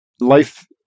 life